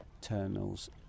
terminals